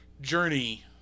journey